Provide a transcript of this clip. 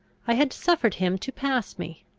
i had suffered him to pass me.